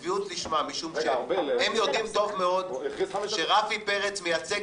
משום שהם יודעים טוב מאוד שהרב רפי פרץ מייצג